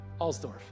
Alsdorf